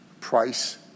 price